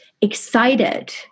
excited